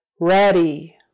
Ready